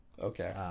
Okay